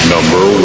Number